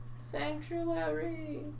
Sanctuary